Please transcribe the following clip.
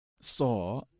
saw